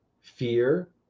fear